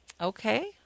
Okay